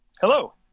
Hello